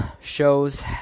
shows